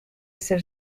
ser